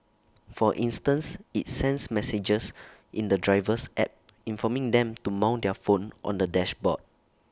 for instance IT sends messages in the driver's app informing them to mount their phone on the dashboard